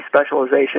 specialization